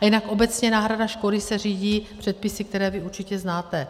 A jinak obecně náhrada škody se řídí předpisy, které vy určitě znáte.